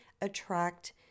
attract